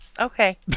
Okay